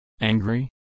Angry